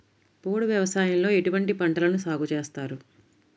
పోడు వ్యవసాయంలో ఎటువంటి పంటలను సాగుచేస్తారు?